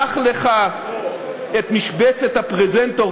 קח לך את משבצת הפרזנטור,